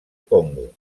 congo